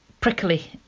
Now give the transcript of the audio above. Prickly